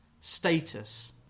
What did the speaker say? status